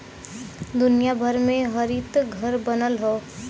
दुनिया भर में हरितघर बनल हौ